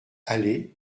allée